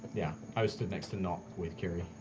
yeah i'm stood next to nott, with kiri.